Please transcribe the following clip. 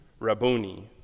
Rabuni